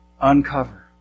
uncover